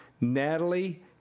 Natalie